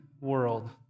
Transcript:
world